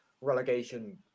relegation